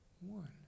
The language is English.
one